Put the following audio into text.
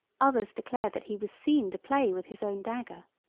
others declared that he was seen to play with his own dagger.